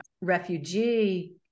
refugee